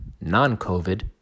non-COVID